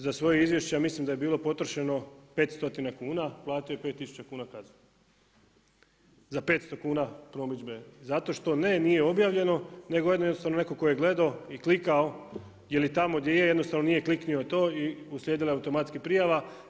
Za svoje izvješće ja mislim da je bilo potrošeno 500 kuna, platio je pet tisuća kuna kazne, za 500 kuna promidžbe, zato što ne nije objavljeno nego jednostavno neko ko je gledao i klikao jeli tamo gdje je jednostavno nije kliknio to i uslijedila je automatska prijava.